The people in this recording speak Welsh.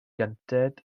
gynted